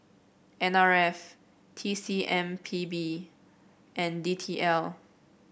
N R F T C M P B and D T L